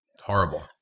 Horrible